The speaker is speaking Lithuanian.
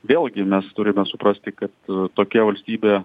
vėlgi mes turime suprasti kad tokia valstybė